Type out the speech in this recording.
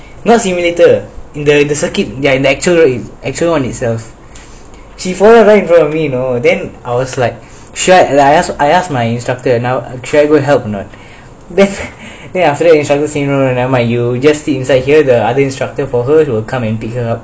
not simulator the the circuit actual actual one itself she fallen right in front of me you know then I was like shit lah I ask I ask my instructor how should I go help or not then then after that instructor say no then never mind you just stay inside here the other instructor for her will come and pick her up